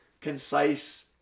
Concise